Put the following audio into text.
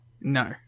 No